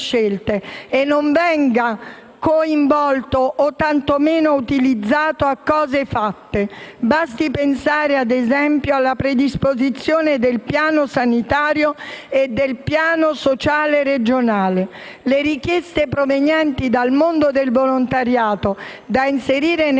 e non venga coinvolto o tantomeno utilizzato a cose fatte. Basti pensare, ad esempio, alla predisposizione del Piano sanitario e del Piano sociale regionale. Le richieste provenienti dal mondo del volontariato da inserire